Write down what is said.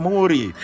Muri